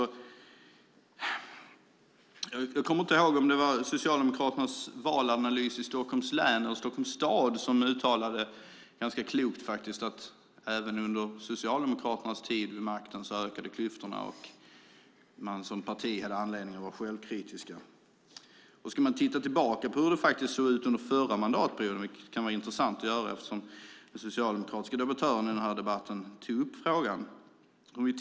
Jag kommer inte ihåg om det var Socialdemokraternas valanalys i Stockholms län eller Stockholms stad som uttalade, ganska klokt, att även under Socialdemokraternas tid vid makten ökade klyftorna och att man som parti hade anledning att vara självkritisk. Vi kan titta tillbaka på hur det såg ut under förra mandatperioden. Det kan vara intressant att göra eftersom den socialdemokratiska debattören i den här debatten tog upp frågan.